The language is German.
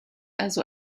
also